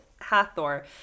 Hathor